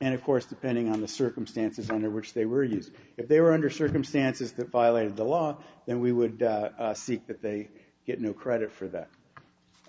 and of course depending on the circumstances under which they were used if they were under circumstances that violated the law then we would see that they get no credit for that